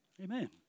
Amen